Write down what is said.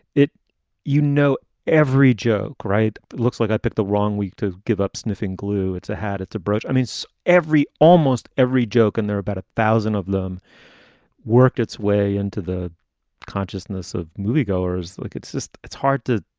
it you know, every joke, right. looks like i picked the wrong week to give up sniffing glue. it's a had it's a brush. i mean, it's every almost every joke in there. about a thousand of them worked its way into the consciousness of moviegoers. look, like it's just it's hard to.